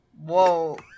Whoa